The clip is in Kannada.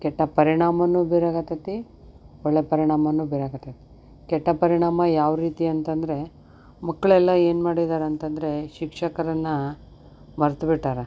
ಕೆಟ್ಟ ಪರಿಣಾಮವನ್ನು ಬೀರಕತ್ತೈತಿ ಒಳ್ಳೆಯ ಪರಿಣಾಮವನ್ನು ಬೀರಕತೈತಿ ಕೆಟ್ಟ ಪರಿಣಾಮ ಯಾವ ರೀತಿ ಅಂತಂದರೆ ಮಕ್ಕಳೆಲ್ಲ ಏನು ಮಾಡಿದಾರೆ ಅಂತಂದರೆ ಶಿಕ್ಷಕರನ್ನ ಮರೆತು ಬಿಟ್ಟಾರ